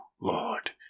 Lord